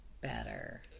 better